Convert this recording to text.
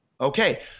Okay